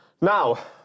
Now